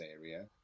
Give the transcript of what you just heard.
area